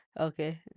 Okay